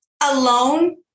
alone